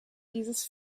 dieses